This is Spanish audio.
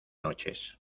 noches